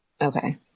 Okay